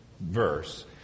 verse